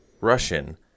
Russian